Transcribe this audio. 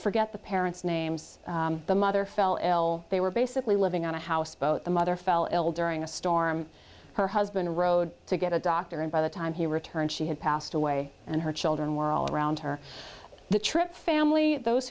forget the parents names the mother fell ill they were basically living on a houseboat the mother fell ill during a storm her husband rode to get a doctor and by the time he returned she had passed away and her children were all around her the trip family those